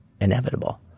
inevitable